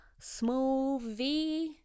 smoothie